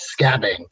scabbing